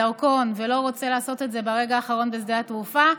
ולא רוצה לעשות את זה ברגע האחרון בשדה התעופה,